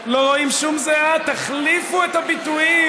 לא רואים שום זיעה, תחליפו את הביטויים.